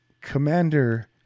Commander